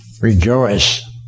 Rejoice